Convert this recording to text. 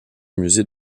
musée